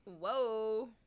Whoa